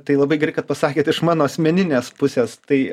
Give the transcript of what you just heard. tai labai gerai kad pasakėt iš mano asmeninės pusės tai